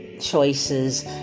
choices